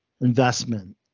investment